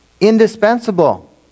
indispensable